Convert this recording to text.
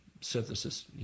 synthesis